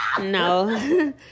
No